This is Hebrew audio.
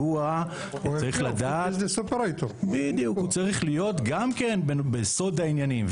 הוא צריך להיות גם כן בסוד העניינים,